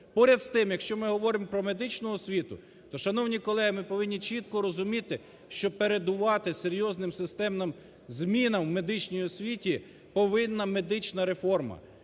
Поряд з тим, якщо ми говоримо про медичну освіту, то, шановні колеги, ми повинні чітко розуміти, що передувати серйозним системним змінам в медичній освіті повинна медична реформа.